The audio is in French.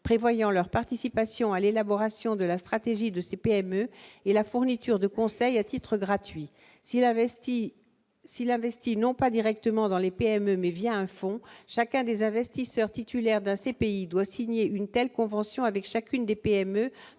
prévoyant leur participation à l'élaboration de la stratégie de ces PME et la fourniture de conseils à titre gratuit s'il investit s'il investit non pas directement dans les PME, mais via un fonds chacun des investisseurs titulaire d'un CPI doit signer une telle convention avec chacune des PME